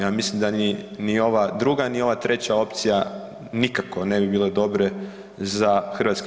Ja mislim da ni, ni ova druga, ni ova treća opcija nikako ne bi bile dobre za HS.